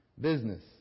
business